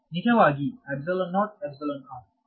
ನಿಜವಾಗಿ ವ್ಯಾಕ್ಯೂಮ್ ಆಗಿದೆ